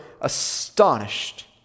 astonished